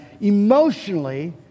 emotionally